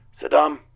Saddam